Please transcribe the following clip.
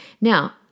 Now